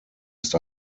ist